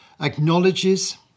acknowledges